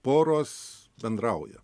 poros bendrauja